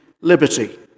liberty